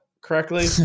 correctly